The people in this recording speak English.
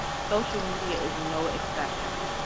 social media is no exception.